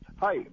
Hi